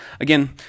Again